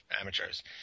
amateurs